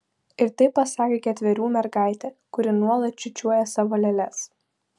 ir tai pasakė ketverių mergaitė kuri nuolat čiūčiuoja savo lėles